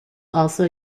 also